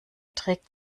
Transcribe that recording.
trägt